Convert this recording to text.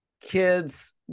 kids